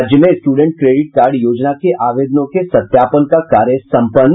राज्य में student credit card योजना के आवेदनों के सत्यापन का कार्य सम्पन्न